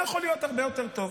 היה יכול להיות הרבה יותר טוב.